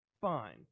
fine